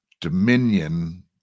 dominion